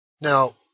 Now